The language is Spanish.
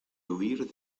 huir